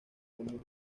común